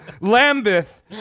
Lambeth